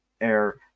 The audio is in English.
air